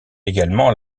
également